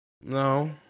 no